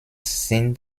sind